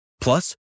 Plus